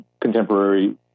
contemporary